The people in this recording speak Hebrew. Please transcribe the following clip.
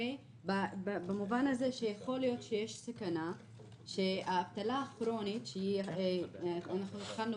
במובן שיכול להיות שיש סכנה שהאבטלה הכרונית שהתחלנו